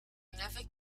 never